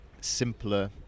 simpler